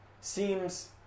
seems